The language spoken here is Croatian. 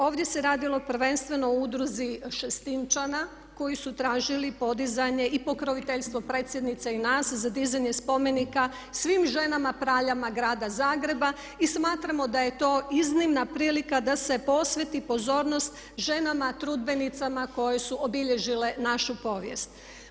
Ovdje se radilo prvenstveno o udruzi Šestinčana koji su tražili podizanje i pokroviteljstvo predsjednice i nas za dizanje spomenika svim ženama praljama grada Zagreba i smatramo da je to iznimna prilika da se posveti pozornost ženama trudbenicama koje su obilježile našu povijest.